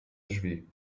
drzwi